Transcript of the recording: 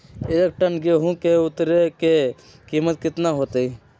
एक टन गेंहू के उतरे के कीमत कितना होतई?